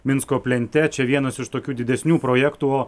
minsko plente čia vienas iš tokių didesnių projektų o